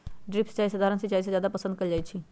drip सिंचाई सधारण सिंचाई से जादे पसंद कएल जाई छई